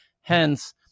Hence